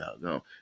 no